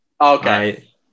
Okay